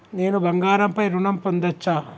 నేను బంగారం పై ఋణం పొందచ్చా?